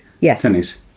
yes